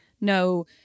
no